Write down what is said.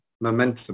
momentum